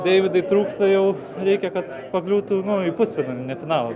deividai trūksta jau reikia kad pakliūtų į pusfinalį ne finalą